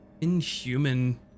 inhuman